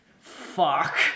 Fuck